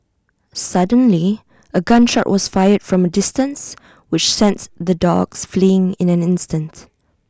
suddenly A gun shot was fired from A distance which sends the dogs fleeing in an instant